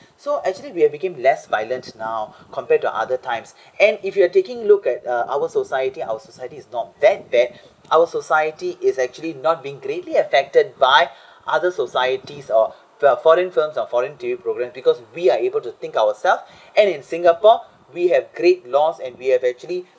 so actually we have became less violence now compared to other times and if you are taking look at uh our society our society is not that bad our society is actually not being greatly affected by other societies or for foreign films or foreign T_V program because we are able to think ourselves and in singapore we have great law and we have actually